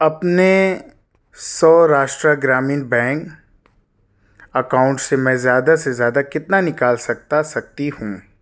اپنے Saurashtra Gramin bank account سے میں زیادہ سے زیادہ کتنا نکال سکتا سکتی ہوں